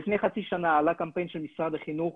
לפני חצי שנה עלה קמפיין של משרד החינוך,